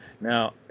Now